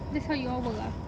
that's how you all work ah